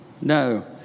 no